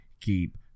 Keep